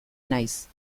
naiz